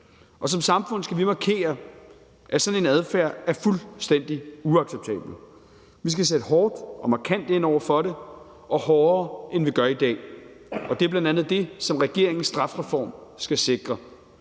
Som samfund skal vi markere, at sådan en adfærd er fuldstændig uacceptabel. Vi skal sætte hårdt og markant ind over for det – og hårdere, end vi gør i dag. Det er bl.a. det, som regeringens strafreform skal sikre.